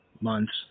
months